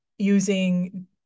using